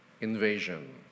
Invasion